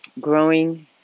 growing